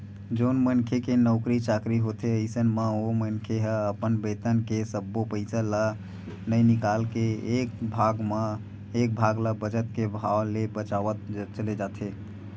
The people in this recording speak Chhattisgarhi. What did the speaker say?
जउन मनखे के नउकरी चाकरी होथे अइसन म ओ मनखे ह अपन बेतन के सब्बो पइसा ल नइ निकाल के एक भाग ल बचत के भाव ले बचावत चले जाथे